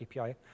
API